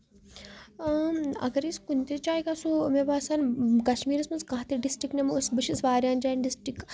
اۭں اَگر أسۍ کُنہِ تہِ جایہِ گژھو مےٚ باسان کَشمیٖرَس منٛز کانٛہہ تہِ ڈسٹرک نِمو أسۍ بہٕ چھَس واریاہن جاین ڈِسٹرک